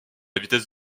vitesse